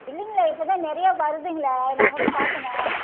இல்லைங்களே இப்போதான் நிறையா வருதுங்களே நான் கூட பார்த்தேனே